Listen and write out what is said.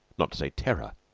not to say terror,